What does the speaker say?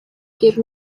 gave